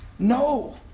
No